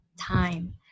time